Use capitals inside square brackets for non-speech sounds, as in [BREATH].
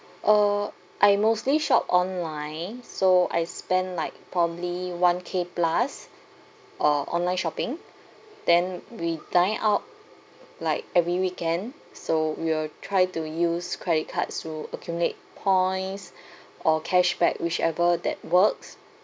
oh I mostly shop online so I spend like probably one K plus uh online shopping then we dine out like every weekend so we will try to use credit cards to accumulate points [BREATH] or cashback whichever that works